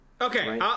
Okay